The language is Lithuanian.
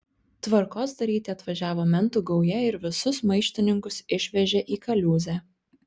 tvarkos daryti atvažiavo mentų gauja ir visus maištininkus išvežė į kaliūzę